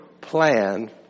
plan